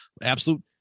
absolute